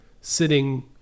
sitting